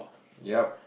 ya